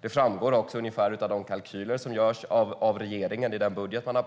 Det framgår också av de kalkyler som regeringen gör i den presenterade budgeten. Det är